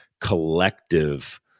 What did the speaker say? collective